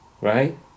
right